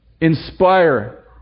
inspire